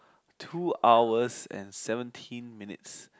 two hours and seventeen minutes